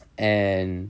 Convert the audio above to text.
and